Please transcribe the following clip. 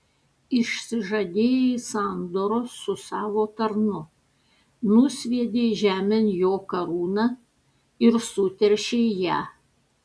išsižadėjai sandoros su savo tarnu nusviedei žemėn jo karūną ir suteršei ją